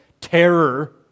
terror